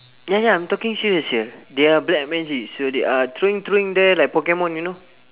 ya ya I'm talking serious here they are black magic so they are throwing throwing there like pokemon you know